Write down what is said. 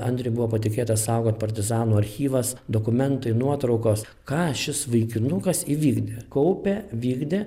andriui buvo patikėta saugot partizanų archyvas dokumentai nuotraukos ką šis vaikinukas įvykdė kaupė vykdė